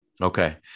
Okay